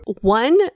One